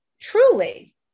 Truly